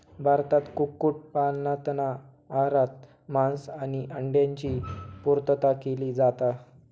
भारतात कुक्कुट पालनातना आहारात मांस आणि अंड्यांची पुर्तता केली जाता